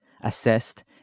assessed